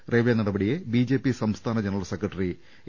റെയിൽവെയുടെ നടപടിയെ ബിജെപി സംസ്ഥാന general secretary A